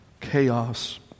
chaos